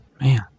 Man